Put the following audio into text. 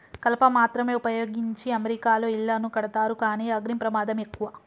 కలప మాత్రమే వుపయోగించి అమెరికాలో ఇళ్లను కడతారు కానీ అగ్ని ప్రమాదం ఎక్కువ